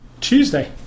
Tuesday